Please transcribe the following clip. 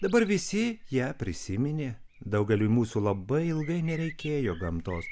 dabar visi ją prisiminė daugeliui mūsų labai ilgai nereikėjo gamtos